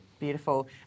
Beautiful